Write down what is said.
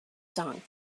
song